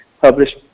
published